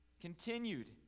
continued